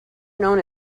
known